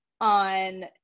on